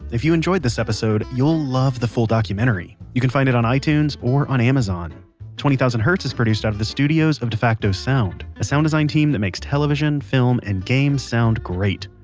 if you enjoyed this episode, you'll love the full documentary. you can find it on itunes or on amazon twenty thousand hertz is produced out of the studios of defacto sound, a sound design team that makes television, film and games sound great.